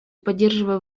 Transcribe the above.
поддерживаю